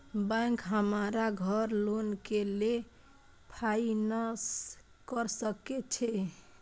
Bank हमरा घर loan के लेल फाईनांस कर सके छे?